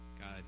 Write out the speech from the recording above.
God